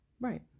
Right